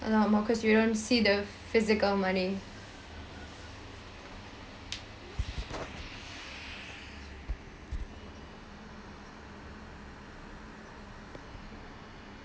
a lot more because you don't see the physical money